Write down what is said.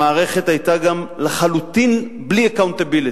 המערכת היתה גם לחלוטין בלי accountability,